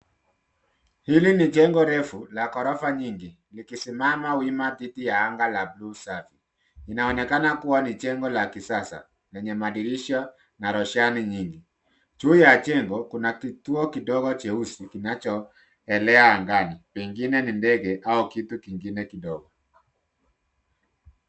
Hili ni jengo refu la ghorofa nyingi likisimama wima chini ya anga la buluu safi. Inaonekana kuwa ni jengo la kisasa lenye madirisha na roshani nyingi. Juu ya jengo kuna kituo kidogo cheusi kinachoelea angani pengine ni ndege au kitu kingine kidogo.